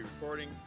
recording